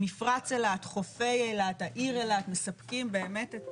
מפרץ אילת, חופי אילת, העיר אילת, מספקים באמת את